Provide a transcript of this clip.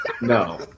No